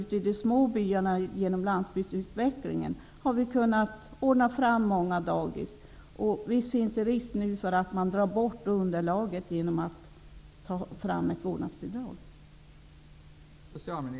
I de små byarna har vi genom landsbygdsutvecklingen kunnat få fram många dagis. Men nu finns risken att underlaget dras bort i och med att ett vårdnadsbidrag tas fram.